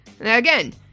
Again